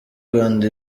rwanda